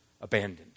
abandoned